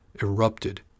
erupted